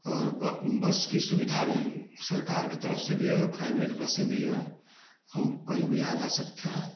और ब बस की सुविधा भी सरकार की तरफ़ से भी है और प्राइवेट बसें भी हैं हम कहीं भी आ जा सकते हैं